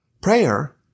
Prayer